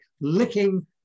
licking